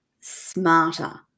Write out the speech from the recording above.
smarter